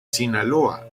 sinaloa